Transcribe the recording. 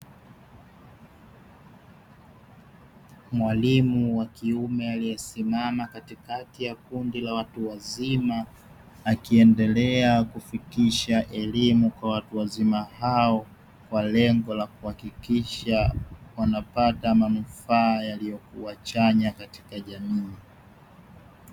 Mwalimu wa kiume aliyesimama katikati ya kundi la watu wazima, akiendelea kufikisha elimu kwa watu wazima hao, kwa lengo la kuhakikisha wanapata manufaa yaliyokuwa chanya katika jamii.